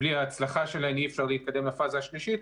בלי ההצלחה שלהן אי אפשר להתקדם לפאזה השלישית,